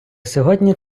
сьогодні